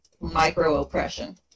micro-oppression